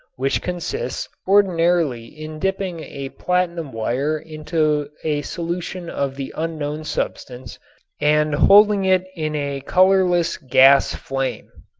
which consists ordinarily in dipping a platinum wire into a solution of the unknown substance and holding it in a colorless gas flame.